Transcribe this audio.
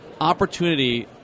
opportunity